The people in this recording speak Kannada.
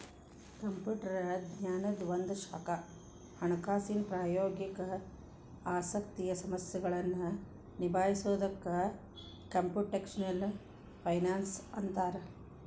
ಕಂಪ್ಯೂಟರ್ ವಿಜ್ಞಾನದ್ ಒಂದ ಶಾಖಾ ಹಣಕಾಸಿನ್ ಪ್ರಾಯೋಗಿಕ ಆಸಕ್ತಿಯ ಸಮಸ್ಯೆಗಳನ್ನ ನಿಭಾಯಿಸೊದಕ್ಕ ಕ್ಂಪುಟೆಷ್ನಲ್ ಫೈನಾನ್ಸ್ ಅಂತ್ತಾರ